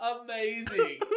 amazing